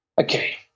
Okay